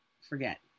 forget